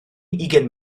ugain